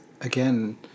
again